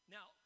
Now